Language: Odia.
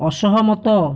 ଅସହମତ